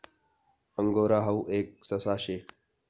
angora हाऊ एक ससा शे